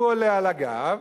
הוא עולה על הגב,